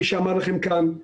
מי שאמר לכם כאן,